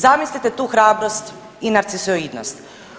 Zamislite tu hrabrost i narcisoidnost.